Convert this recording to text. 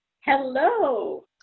Hello